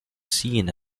seen